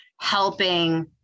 helping